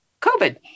COVID